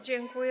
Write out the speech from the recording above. Dziękuję.